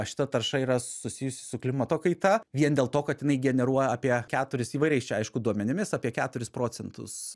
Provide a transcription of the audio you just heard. šita tarša yra susijusi su klimato kaita vien dėl to kad jinai generuoja apie keturis įvairiais čia aišku duomenimis apie keturis procentus